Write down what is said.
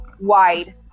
wide